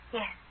Yes